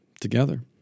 together